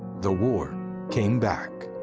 the war came back.